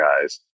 guys